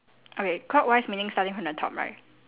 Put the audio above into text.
okay clockwise meaning starting from the top right